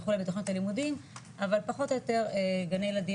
כחלק מתוכנית הלימודים אבל פחות או יותר גני ילדים.